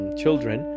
children